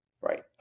Right